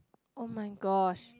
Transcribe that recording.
[oh]-my-gosh